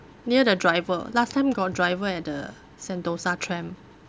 near the driver last time got driver at the sentosa tram